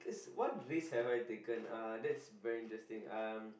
what risk have I taken uh that's very interesting um